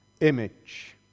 image